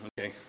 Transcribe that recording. okay